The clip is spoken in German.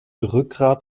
rückgrat